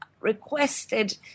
requested